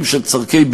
ומאוסטרליה,